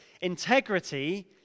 integrity